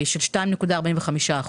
של 2.45%,